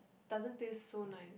doesn't taste so nice